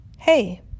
Hey